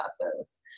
processes